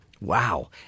Wow